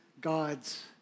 God's